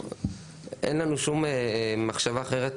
אין לנו שום מחשבה אחרת,